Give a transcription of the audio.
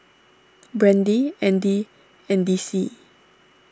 Brandie Andy and Dicie